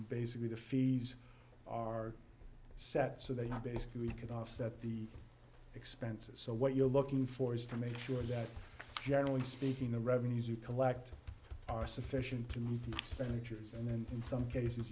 basically the fees are set so they are basically we could offset the expenses so what you're looking for is to make sure that generally speaking the revenues you collect are sufficient to meet the senators and then in some cases